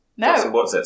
No